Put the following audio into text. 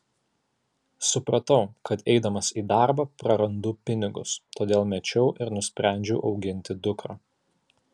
supratau kad eidamas į darbą prarandu pinigus todėl mečiau ir nusprendžiau auginti dukrą